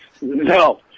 no